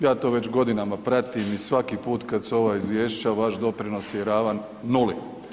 Ja to već godinama pratim i svaki put kad su ova izvješća vaš doprinos je ravan nuli.